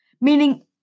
meaning